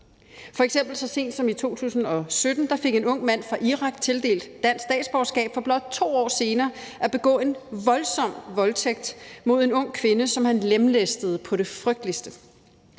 Irak så sent som i 2017 tildelt dansk statsborgerskab for blot 2 år senere at begå en voldsom voldtægt mod en ung kvinde, som han lemlæstede på det frygteligste.